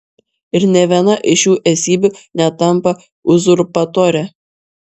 ir nė viena iš šių esybių netampa uzurpatore